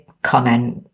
Comment